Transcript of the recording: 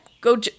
go